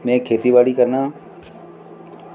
में खेती बाड़ी करना